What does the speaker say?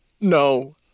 no